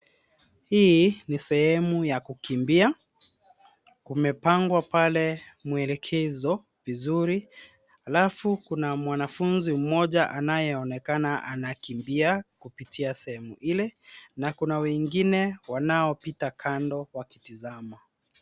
Hii ni sehemu ya kukimbia. Kumepangwa pale mwelekezo vizuri, halafu kuna mwanafunzi mmoja anayeonekana anakimbia kupitia sehemu ile na kuna wengine wanaopita kando wakitizama.